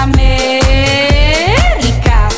America